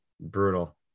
Brutal